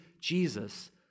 Jesus